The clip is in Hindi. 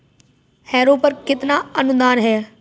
हैरो पर कितना अनुदान है?